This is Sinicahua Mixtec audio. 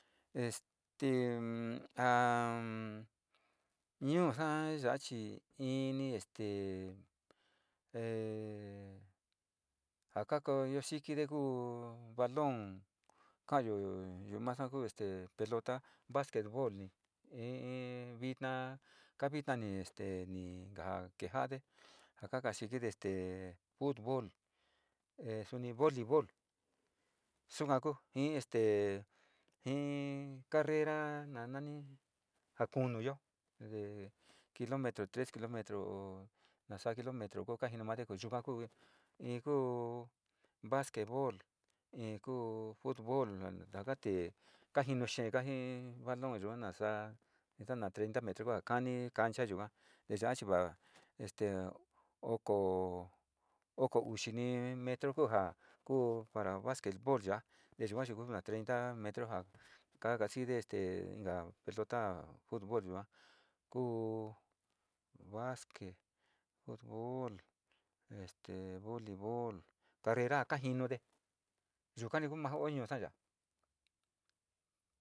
Este e ñuusa ya chi ini este e jakakoyu isikide ku in balon kayo yuu masa te pelota basquet lool in in vitna ka vitna ni este ni ka kejade ja ka kasikiele este fotbolle suni voli bol, suka ku ji, este ki carrera na ni ja kunu yo te kilometro tres kilometro nasa kuka jinumade ko yuka ku, in ku basqueet bol, in ku fotbol, taka tee kajinu xee ji balon yua a nasaa na tienta metro kua kanikan cha yuka te ya chiva este okuuxini metro kuja ku para basquet bol ya te yua ku ja treinta metro ja ka ka sikide este inka pelota fotbol yua kuu basquet futbol este bolibol carrera ka jinude yukani kuja io maa ñuusa yaá.